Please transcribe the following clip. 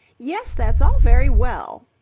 yes, that's all very well.